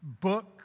Book